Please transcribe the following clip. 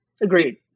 Agreed